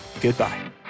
goodbye